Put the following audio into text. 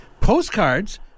Postcards